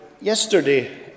Yesterday